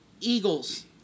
Eagles